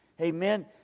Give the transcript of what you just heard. Amen